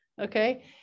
Okay